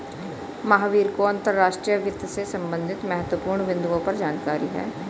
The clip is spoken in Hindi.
महावीर को अंतर्राष्ट्रीय वित्त से संबंधित महत्वपूर्ण बिन्दुओं पर जानकारी है